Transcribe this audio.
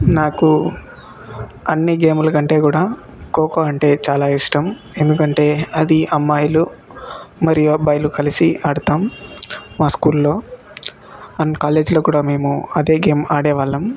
నాకు అన్ని గేముల కంటే కూడా ఖోఖో అంటే చాలా ఇష్టం ఎందుకంటే అది అమ్మాయిలు మరియు అబ్బాయిలు ఆడతాం మా స్కూల్లో అండ్ కాలేజీలో కూడా మేము అదే గేమ్ ఆడే వాళ్ళం